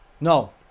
no